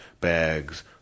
Bags